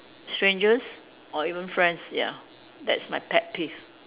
strangers or even friends ya that's my pet peeve